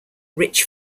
rich